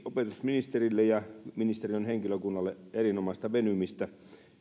opetusministerille ja ministeriön henkilökunnalle erinomaista venymistä